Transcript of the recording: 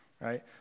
Right